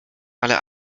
ale